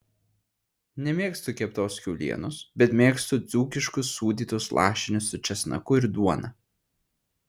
nemėgstu keptos kiaulienos bet mėgstu dzūkiškus sūdytus lašinius su česnaku ir duona